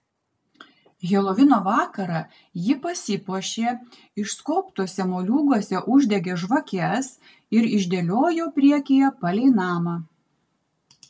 helovino vakarą ji pasipuošė išskobtuose moliūguose uždegė žvakes ir išdėliojo priekyje palei namą